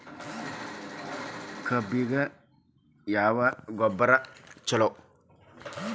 ಕಬ್ಬಿಗ ಯಾವ ಗೊಬ್ಬರ ಛಲೋ?